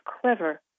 clever